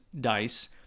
dice